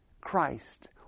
Christ